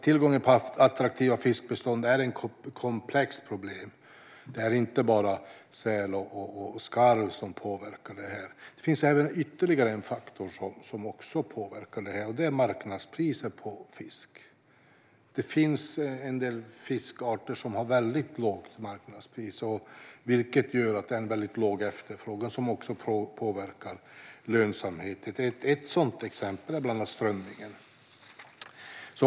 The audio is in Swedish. Tillgången på attraktiva fiskbestånd är alltså en komplex fråga. Det är inte bara säl och skarv som påverkar det. Det finns ytterligare en faktor som påverkar det, och det är marknadspriserna på fisk. Det finns en del fiskarter som har väldigt lågt marknadspris, vilket gör att det är låg efterfrågan, vilket också påverkar lönsamheten. Ett exempel på detta är strömming.